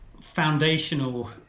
foundational